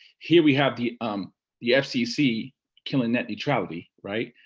here we have the um the fcc killing net neutrality. right?